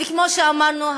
וכמו שאמרנו,